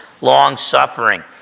long-suffering